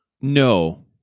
No